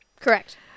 Correct